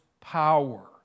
power